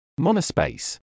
monospace